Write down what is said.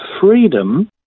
freedom